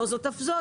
לא זאת אף זאת,